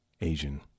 Asian